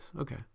Okay